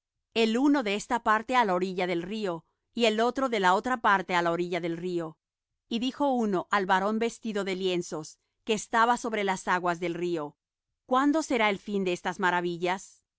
el uno de esta parte á la orilla del río y el otro de la otra parte á la orilla del río y dijo uno al varón vestido de lienzos que estaba sobre las aguas del río cuándo será el fin de estas maravillas